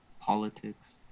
politics